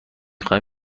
خواهم